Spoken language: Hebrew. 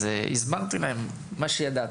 הסברתי להם את מה שידעתי.